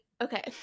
okay